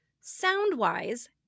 sound-wise